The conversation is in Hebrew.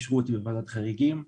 אישרו אותי בוועדת חריגים.